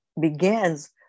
begins